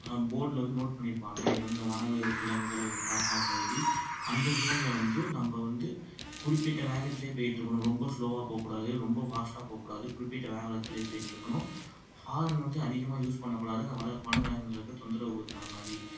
போர்டில் வந்து நோட் பண்ணியிருப்பாங்க இது வந்து இந்த வன வு விலங்குகள் க்ராஸாகும் பகுதி அந்த ஸோனில் வந்து நம்ப வந்து குறிப்பிட்ட வேகத்திலியே போயிகிட்ருக்கணும் ரொம்ப ஸ்லோவாக போகக்கூடாது ரொம்ப ஃபாஸ்டாக போகக்கூடாது குறிப்பிட்ட வேகத்துலே போயிகிட்ருக்கணும் ஹாரன் வந்து அதிகமாக யூஸ் பண்ணக்கூடாது அந்த வல வன விலங்குங்களுக்கு தொந்தரவு கொடுக்குற மாதிரி